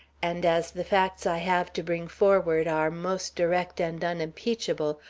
and as the facts i have to bring forward are most direct and unimpeachable,